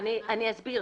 אני אסביר,